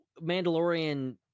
Mandalorian